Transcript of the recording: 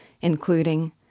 including